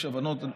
יש הבנות.